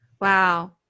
Wow